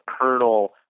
kernel